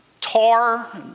tar